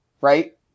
right